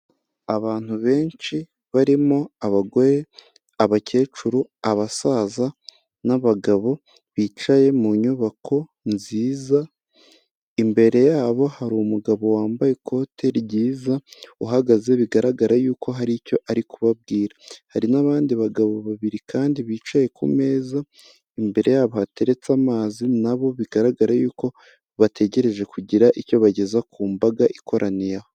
Abantu benshi barimo abagore, abakecuru, abasaza n'abagabo bicaye mu nyubako nziza. Imbere yabo hari umugabo wambaye ikote ryiza uhagaze bigaragara yuko hari icyo arikubabwira. Hari n'abandi bagabo babiri kandi bicaye ku meza, imbere yabo hateretse amazi na bo bigaragara yuko bategereje kugira icyo bageza ku mbaga ikoraniye aho.